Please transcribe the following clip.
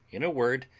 in a word,